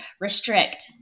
restrict